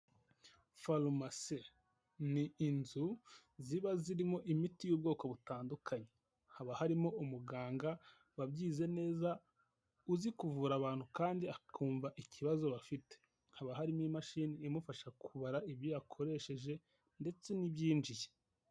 Farumase, ni inzu ziba zirimo imiti y'ubwoko butandukanye, haba harimo umuganga wabyize neza uzi kuvura abantu kandi akumva ikibazo bafite, haba harimo imashini imufasha kubara ibyo yakoresheje ndetse n'ibyinjiye.